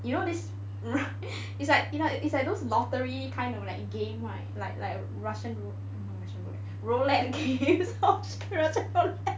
you know this is like you know it's like those lottery kind of like game right like like like Russian Russian roulette game